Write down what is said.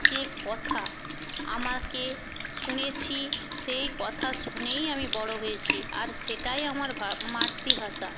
যে কথা আমাকে শুনেছি সেই কথা শুনেই আমি বড়ো হয়েছি আর সেটাই আমার ভা মাতৃভাষা